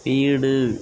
வீடு